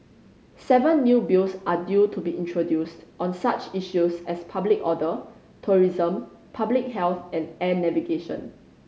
seven new Bills are due to be introduced on such issues as public order tourism public health and air navigation